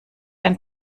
ein